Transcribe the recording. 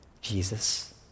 Jesus